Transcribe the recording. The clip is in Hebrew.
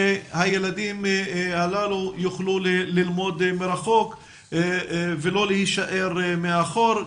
שהילדים האלה יוכלו ללמוד מרחוק ולא להישאר מאחור.